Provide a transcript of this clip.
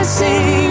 sing